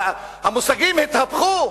המושגים התהפכו.